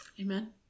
Amen